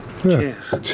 Cheers